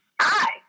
Hi